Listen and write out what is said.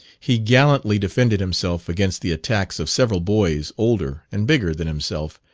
he gallantly defended himself against the attacks of several boys older and bigger than himself,